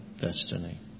destiny